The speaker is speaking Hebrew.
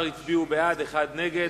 13 הצביעו בעד, אחד נגד.